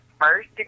first